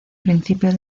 principio